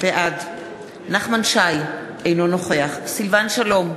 בעד נחמן שי, אינו נוכח סילבן שלום,